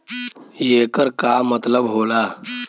येकर का मतलब होला?